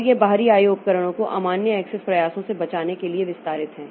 और यह बाहरी IO उपकरणों को अमान्य एक्सेस प्रयासों से बचाने के लिए विस्तारित है